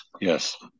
yes